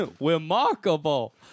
Remarkable